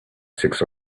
six